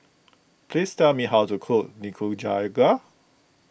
please tell me how to cook Nikujaga